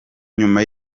nyuma